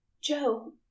Joe